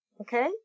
okay